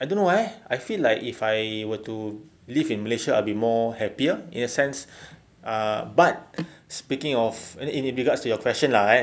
I don't know eh I feel like if I were to live in malaysia I'll be more happier in a sense ah but speaking of I mean in regards to your question ah kan